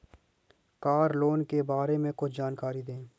Car loan के बारे में कुछ जानकारी दें?